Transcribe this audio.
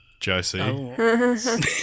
Josie